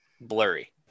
Blurry